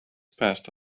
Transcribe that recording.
passed